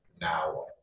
now